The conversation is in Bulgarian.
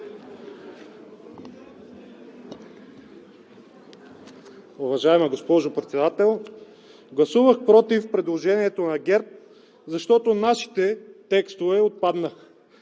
Уважаема госпожо Председател, гласувах „против“ предложението на ГЕРБ, защото нашите текстове отпаднаха.